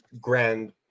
grand